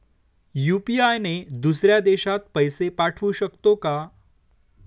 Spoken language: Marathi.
यु.पी.आय ने दुसऱ्या देशात पैसे पाठवू शकतो का?